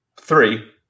three